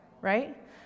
right